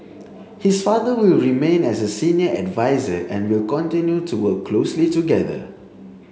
his father will remain as a senior adviser and will continue to work closely together